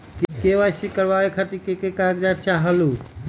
KYC करवे खातीर के के कागजात चाहलु?